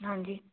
ਹਾਂਜੀ